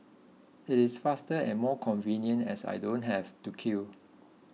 it is faster and more convenient as I don't have to queue